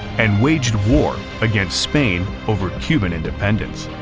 and waged war against spain over cuban independence.